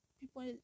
people